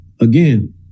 again